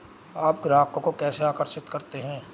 आप ग्राहकों को कैसे आकर्षित करते हैं?